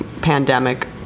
pandemic